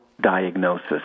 Diagnosis